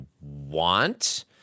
want